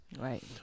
Right